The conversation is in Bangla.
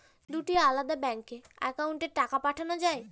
দুটি আলাদা ব্যাংকে অ্যাকাউন্টের টাকা পাঠানো য়ায়?